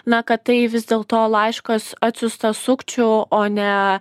na kad tai vis dėl to laiškas atsiųstas sukčių o ne